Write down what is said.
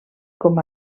com